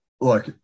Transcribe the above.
look